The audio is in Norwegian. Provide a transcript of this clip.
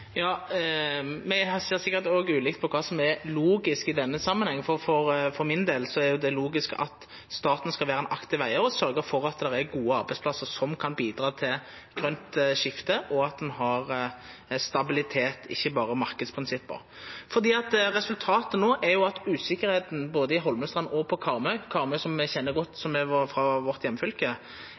Me ser sikkert òg ulikt på kva som er logisk i denne samanhengen. For min del er det logisk at staten skal vera ein aktiv eigar og sørgja for at det er gode arbeidsplassar som kan bidra til eit grønt skifte og stabilitet – ikkje berre marknadsprinsipp. Resultatet no er at usikkerheita både i Holmestrand og på Karmøy – som me kjenner godt